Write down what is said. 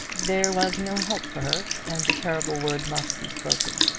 there was no help for her, and the terrible word must be spoken.